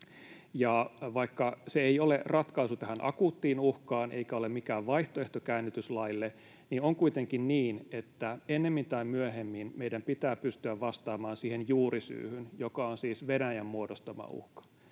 Vaikka se ei ole ratkaisu tähän akuuttiin uhkaan eikä ole mikään vaihtoehto käännytyslaille, niin on kuitenkin niin, että ennemmin tai myöhemmin meidän pitää pystyä vastaamaan siihen juurisyyhyn, joka on siis Venäjän muodostama uhka.